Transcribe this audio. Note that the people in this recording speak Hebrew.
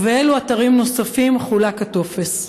3. באילו אתרים נוספים חולק הטופס?